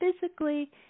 physically